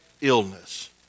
illness